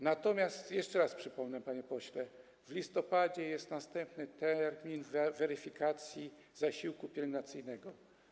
Natomiast jeszcze raz przypomnę, panie pośle, że w listopadzie jest następny termin weryfikacji zasiłku pielęgnacyjnego.